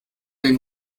den